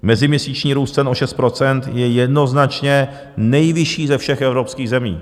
Meziměsíční růst cen o 6 % je jednoznačně nejvyšší ze všech evropských zemí.